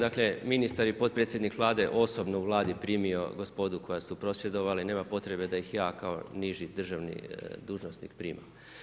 Dakle, ministar i potpredsjednik Vlade osobno u Vladi primio gospodu koja u prosvjedovala i nema potrebe da ih ja kao niži državni dužnosnik primam.